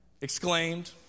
exclaimed